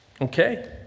Okay